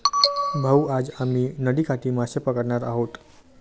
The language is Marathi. भाऊ, आज आम्ही नदीकाठी मासे पकडणार आहोत